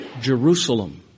Jerusalem